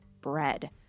bread —